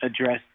address